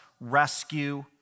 rescue